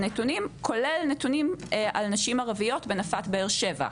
כולל נתונים על נשים ערביות בנפת באר שבע.